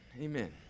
Amen